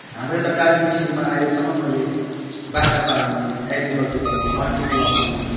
हाम्रो यता दार्जिलिङ डिस्ट्रिकमा अहिलेसम्म मैले बाख्रा पाल्ने एग्रिकल्चर गर्ने अर्किड लगाउने